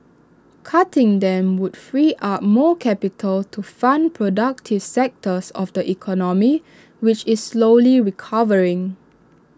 cutting them would free up more capital to fund productive sectors of the economy which is slowly recovering